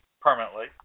permanently